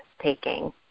taking